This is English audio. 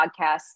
podcasts